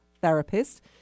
therapist